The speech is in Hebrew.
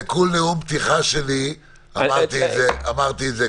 בכל נאום פתיחה שלי אמרתי את זה כך.